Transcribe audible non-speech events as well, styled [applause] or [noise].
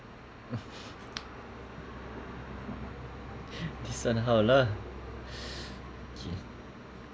[laughs] this one how lah okay